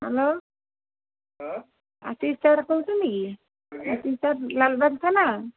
hello Ashish sir କହୁଛନ୍ତି କି ଆଜ୍ଞା ଆଶିଷ ସାର୍ ଲାଲବାଗ ଥାନା